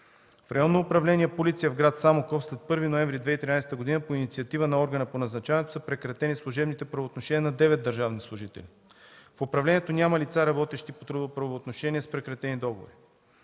В Районно управление „Полиция” в град Самоков след 1 ноември 2013 г. по инициатива на органа по назначаването са прекратени служебните правоотношения на 9 държавни служители. В управлението няма лица, работещи по трудово правоотношение, с прекратени договори.